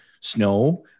snow